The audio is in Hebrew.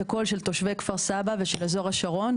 הקול של תושבי כפר סבא ושל אזור השרון,